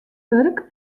wurk